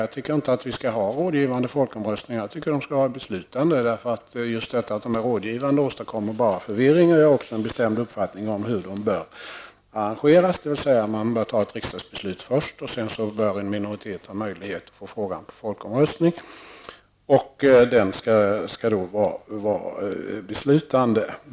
Jag tycker inte att vi skall ha rådgivande folkomröstningar utan att folkomröstningarna bör vara beslutande. Rådgivande folkomröstningar åstadkommer bara förvirring. Jag har också en bestämd uppfattning om hur folkomröstningarna bör arrangeras. Det bör först fattas ett riksdagsbeslut, varefter en minoritet bör ha möjlighet att föra ut frågan till folkomröstning. Denna skall då vara beslutande.